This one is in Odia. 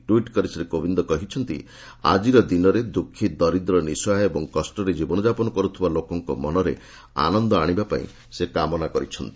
ଟ୍ୱିଟ୍ କରି ଶ୍ରୀ କୋବିନ୍ଦ କହିଛନ୍ତି ଆଜିର ଦିନରେ ଦୁଃଖୀ ଦରିଦ୍ର ନିଃସହାୟ ଓ କଷ୍ଟରେ ଜୀବନଯାପନ କରୁଥିବା ଳୋକମାନଙ୍କ ମନରେ ଆନନ୍ଦ ଆଶିବା ପାଇଁ ସେ କାମନା କରିଛନ୍ତି